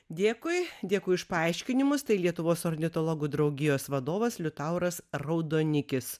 dėkui dėkui už paaiškinimus tai lietuvos ornitologų draugijos vadovas liutauras raudonikis